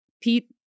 Pete